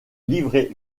livrer